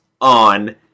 on